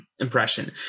impression